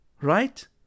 right